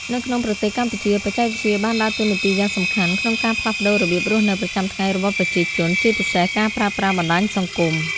នៅក្នុងប្រទេសកម្ពុជា បច្ចេកវិទ្យាបានដើរតួនាទីយ៉ាងសំខាន់ក្នុងការផ្លាស់ប្តូររបៀបរស់នៅប្រចាំថ្ងៃរបស់ប្រជាជន ជាពិសេសការប្រើប្រាស់បណ្តាញសង្គម។